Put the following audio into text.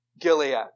Gilead